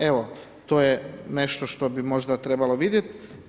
Evo to je nešto što bi možda trebalo vidjeti.